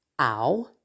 Ow